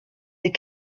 des